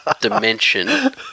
dimension